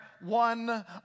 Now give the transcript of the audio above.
one